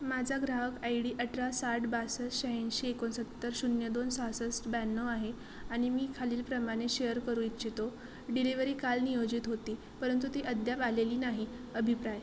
माझा ग्राहक I D अठरा साठ बासष्ट शहाऐंशी एकोणसत्तर शून्य दोन सहासष्ट ब्याण्णव आहे आणि मी खालीलप्रमाणे शेअर करू इच्छितो डिलिव्हरी काल नियोजित होती परंतु ती अद्याप आलेली नाही अभिप्राय